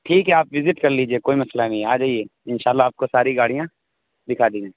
ٹھیک ہے آپ وزٹ کرلیجیے کوئی مسئلہ نہیں ہے آجائیے انشاء اللہ آپ کو ساری گاڑیاں دکھا دیں گے